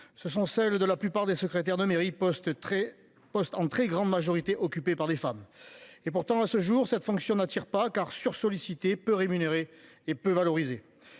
Ce sont celles de la plupart des secrétaires. Riposte très poste en très grande majorité occupés par des femmes. Et pourtant à ce jour, cette fonction n'attire pas car sursollicité peu rémunérés et peu valorisé.